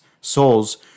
souls